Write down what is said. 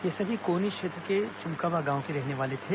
ये सभी कोनी क्षेत्र के चुमकंवा गांव के रहने वाले थे